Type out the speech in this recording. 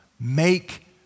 Make